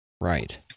Right